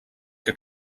que